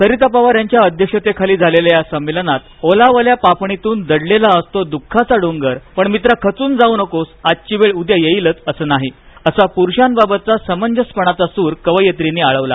सरिता पवार यांच्या अध्यक्षतेखाली झालेल्या या संमेलनात ओलावल्या पापणीतून दडलेला असतो द्ःखाचा डोंगर पण मित्रा खचून जाऊ नकोस आजची वेळ उद्या येईलच असं नाही असा पुरुषाबाबतचा समंजसपणाचा सूर कवयित्रींनी आळवला